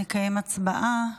נקיים הצבעה.